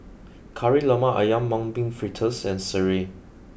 Kari Lemak Ayam Mung Bean Fritters and Sireh